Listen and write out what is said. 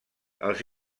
els